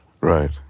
Right